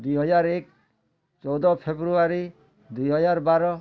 ଦୁଇହଜାର ଏକ ଚଉଦ ଫେବୃଆରୀ ଦୁଇହଜାର ବାର